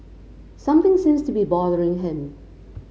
something seems to be bothering him